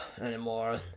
anymore